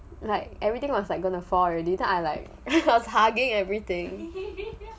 like everything was like going to fall already then I like hugging everything